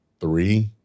three